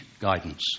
guidance